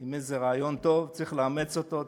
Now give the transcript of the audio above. אם זה רעיון טוב צריך לאמץ אותו,